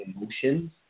emotions